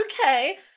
Okay